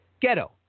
Ghetto